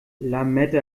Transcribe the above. lametta